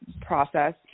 process